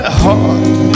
heart